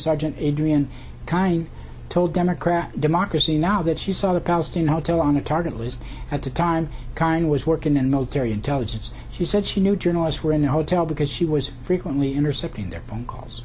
sergeant adrian told democrat democracy now that you saw the palestine hotel on a target was at the time kind was working in military intelligence she said she knew journalists were in a hotel because she was frequently intercepting their phone calls